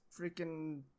freaking